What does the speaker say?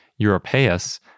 europaeus